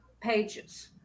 pages